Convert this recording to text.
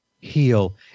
heal